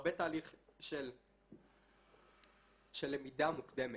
הרבה תהליך של למידה מוקדמת.